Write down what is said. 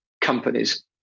companies